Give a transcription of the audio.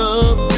up